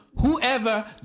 Whoever